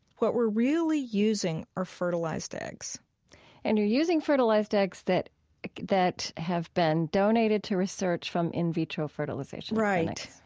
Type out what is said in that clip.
what we're really using are fertilized eggs and you're using fertilized eggs that that have been donated to research from in vitro fertilization experiments right.